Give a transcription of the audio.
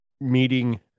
Meeting